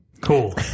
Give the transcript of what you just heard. cool